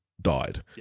died